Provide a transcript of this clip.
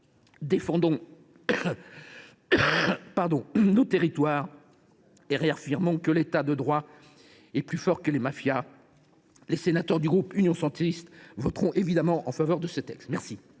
défendons nos territoires et réaffirmons que l’État de droit est plus fort que les mafias. Les sénateurs du groupe Union Centriste voteront évidemment en faveur de ce texte. La